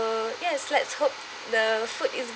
so yes let's hope the food is